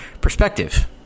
perspective